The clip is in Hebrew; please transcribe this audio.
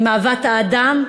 עם אהבת האדם,